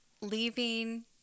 leaving